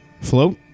float